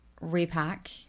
repack